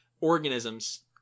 organisms